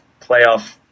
playoff